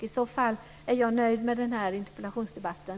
I så fall är jag nöjd med den här interpellationsdebatten.